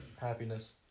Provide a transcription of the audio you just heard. Happiness